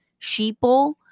sheeple